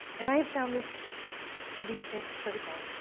and i have found this to be critical.